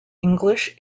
english